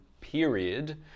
period